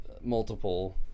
multiple